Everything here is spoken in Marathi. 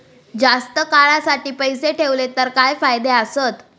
जास्त काळासाठी पैसे ठेवले तर काय फायदे आसत?